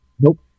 Nope